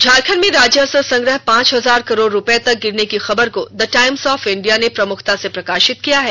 झारखंड में राजस्व संग्रह पांच हजार करोड़ रुपये तक गिरने की खबर को द टाइम्स ऑफ इंडिया ने प्रमुखता से प्रकाशित किया है